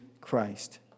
Christ